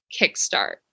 kickstart